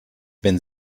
wenn